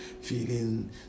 feeling